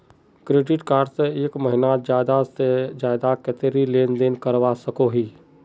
Credit card से एक महीनात ज्यादा से ज्यादा कतेरी लेन देन करवा सकोहो ही?